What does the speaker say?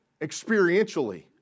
experientially